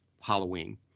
Halloween